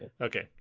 Okay